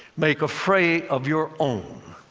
make a fray of your own.